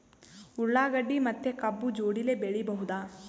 ಉಳ್ಳಾಗಡ್ಡಿ ಮತ್ತೆ ಕಬ್ಬು ಜೋಡಿಲೆ ಬೆಳಿ ಬಹುದಾ?